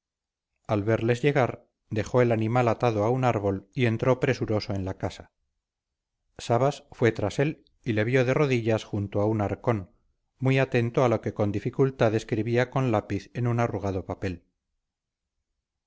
al verles llegar dejó el animal atado a un árbol y entró presuroso en la casa sabas fue tras él y le vio de rodillas junto a un arcón muy atento a lo que con dificultad escribía con lápiz en un arrugado papel